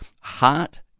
heart